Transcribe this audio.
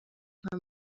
nka